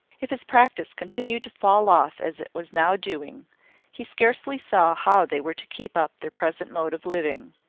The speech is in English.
if his practice continued to fall off as it was now doing he scarcely saw how they were to keep up their present mode of living.